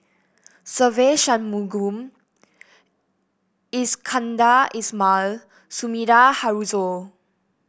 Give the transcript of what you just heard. Se Ve Shanmugam Iskandar Ismail Sumida Haruzo